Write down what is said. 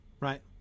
Right